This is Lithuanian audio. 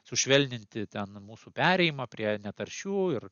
sušvelninti ten mūsų perėjimą prie netaršių ir